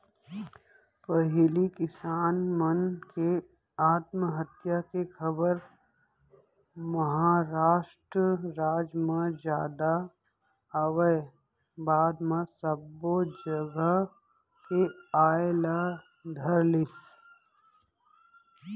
पहिली किसान मन के आत्महत्या के खबर महारास्ट राज म जादा आवय बाद म सब्बो जघा के आय ल धरलिस